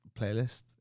playlist